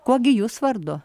kuo gi jūs vardu